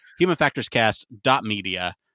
Humanfactorscast.media